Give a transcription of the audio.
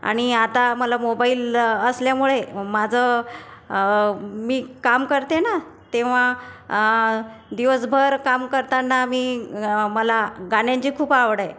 आणि आता मला मोबाईल असल्यामुळे माझं मी काम करते ना तेव्हा दिवसभर काम करताना मी मला गाण्यांची खूप आवड आहे